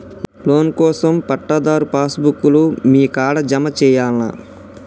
Loan కోసం పట్టాదారు passbook లు మీ కాడా జమ చేయల్నా?